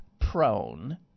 prone